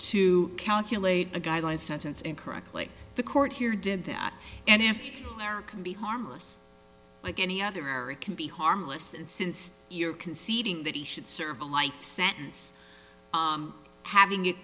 to calculate a guideline sentence incorrectly the court here did that and if america be harmless like any other error it can be harmless and since you're conceding that he should serve a life sentence having it